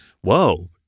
whoa